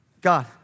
God